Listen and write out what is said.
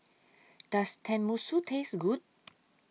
Does Tenmusu Taste Good